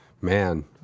man